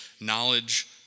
knowledge